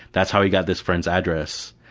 that's how he got this friend's address.